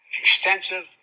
extensive